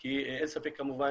כי אין ספק כמובן